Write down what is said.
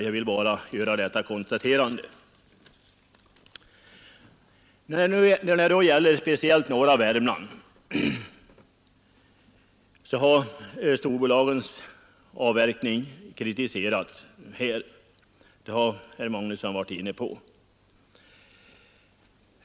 Jag ville bara göra detta konstaterande. När det gäller speciellt norra Värmland har storbolagens avverkning kritiserats, och det har herr Magnusson varit inne på.